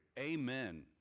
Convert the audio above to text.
Amen